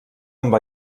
amb